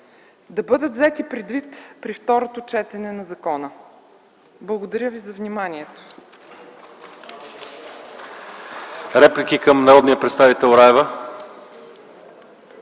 да бъдат взети предвид при второто четене на законопроекта. Благодаря ви за вниманието.